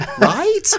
right